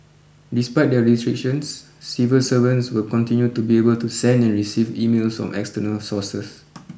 despite the restrictions civil servants will continue to be able to send and receive emails from external sources